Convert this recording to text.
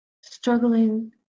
struggling